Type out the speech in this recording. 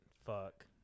Fuck